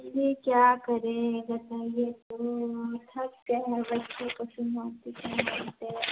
अभी क्या करें बताइए तो थक गए हैं बच्चें को संभालते संभालते